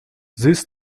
this